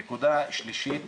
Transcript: נקודה שלישית,